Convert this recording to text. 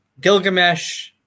Gilgamesh